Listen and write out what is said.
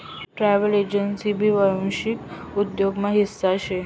travel agency भी वांशिक उद्योग ना हिस्सा शे